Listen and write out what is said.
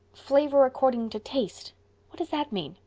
flavor according to taste what does that mean?